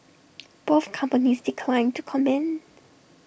both companies declined to comment